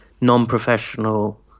non-professional